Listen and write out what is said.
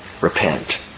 repent